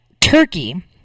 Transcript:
Turkey